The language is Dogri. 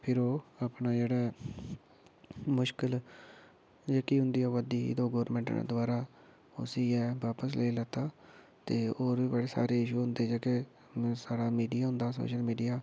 फिर ओह् अपना जेह्का ऐ मुश्किल जेह्की उं'दी आवै दी ते ओह् गौरमेंट ने दबारा उसी गै बापस लेई लैत्ता ते होर बी बड़े सारे इशू होंदे जेह्के साढ़ा मीडिया होंदा सोशल मीडिया